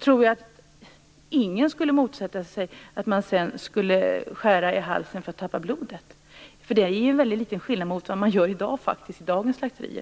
tror jag att ingen skulle motsätta sig att man sedan skulle skära det i halsen för att tappa ur blodet. Det är ju en väldigt liten skillnad mot vad man gör i dagens slakterier faktiskt.